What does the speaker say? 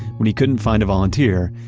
when he couldn't find a volunteer,